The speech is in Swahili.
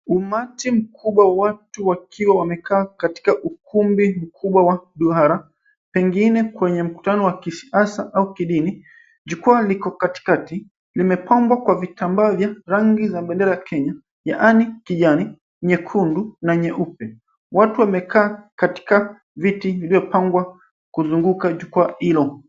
Umati mkubwa wa watu wakiwa wamekaa katika ukumbi mkubwa wa duara. Pengine kwenye mkutano wa kisiasa au kidini. Jukwaa liko katikati. Iimepambwa kwa vitambaa vya rangi ya bendera ya Kenya yaani kijani, nyekundu na nyeupe. Watu wamekaa katika viti iliyopangwa kuzunguka jukwaa hilo.